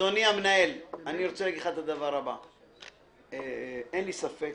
אדוני המנהל, אין לי ספק